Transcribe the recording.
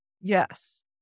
Yes